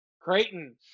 Creighton